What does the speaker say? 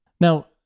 Now-